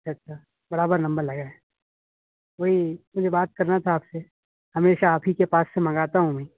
اچھا برابر نمبر لگا رہے وہی مجھے بات کرنا تھا آپ سے ہمیشہ آپ ہی کے پاس سے منگاتا ہوں میں